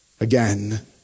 again